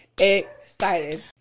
excited